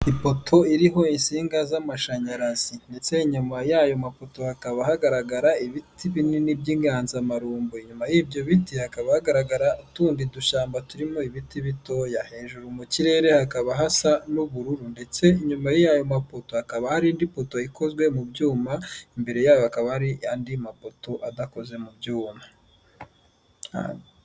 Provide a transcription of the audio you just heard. Ipoto iriho insinga z'amashanyarazi ndetse nyuma y'ayo mafoto hakaba hagaragara ibiti binini by'inganzamarumbo nyuma y'ibyoti hakaba hagaragara utundi dushyamba turimo ibiti bitoya, hejuru mu kirere hakaba hasa n'ubururu ndetse nyuma y'ayo mafoto hakaba hari indi foto ikozwe mu byuma imbere yabo hakaba hari andi mapoto adakoze mu byuma